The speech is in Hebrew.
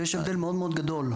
ויש הבדל מאוד-מאוד גדול.